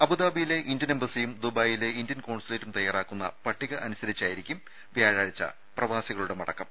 അബുദാബിയിലെ ഇന്ത്യൻ എംബസിയും ദുബായിയിലെ ഇന്ത്യൻ കോൺസുലേറ്റും തയാറാക്കുന്ന പട്ടിക അനുസരിച്ചായിരിക്കും വ്യാഴാഴ്ച്ച പ്രവാസികളുടെ മടക്കം